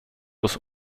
was